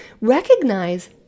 recognize